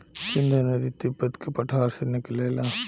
सिन्धु नदी तिब्बत के पठार से निकलेला